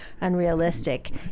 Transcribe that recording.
unrealistic